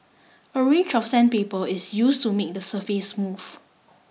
a range of sandpaper is used to make the surface smooth